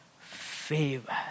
favor